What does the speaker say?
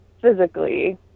physically